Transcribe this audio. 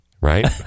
right